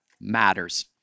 matters